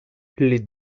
les